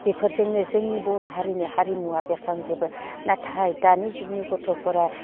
बेफोरजोंनो जोंनि बर' हारिनि हारिमुवा बेरखांजोबो नाथाय दानि जुगनि गथ'फोरा